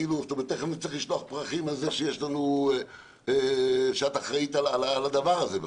כאילו תכף נצטרך לשלוח פרחים על זה שאת אחראית על הדבר הזה בכלל.